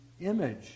image